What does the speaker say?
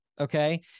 okay